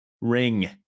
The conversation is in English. ring